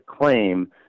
claim